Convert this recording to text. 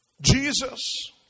Jesus